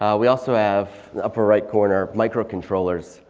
um we also have, upper right corner. micro controllers.